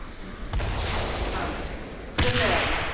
आम् आं धन्यवादः